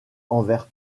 envers